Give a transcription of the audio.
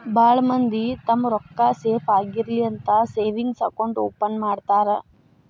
ಭಾಳ್ ಮಂದಿ ತಮ್ಮ್ ರೊಕ್ಕಾ ಸೇಫ್ ಆಗಿರ್ಲಿ ಅಂತ ಸೇವಿಂಗ್ಸ್ ಅಕೌಂಟ್ ಓಪನ್ ಮಾಡ್ತಾರಾ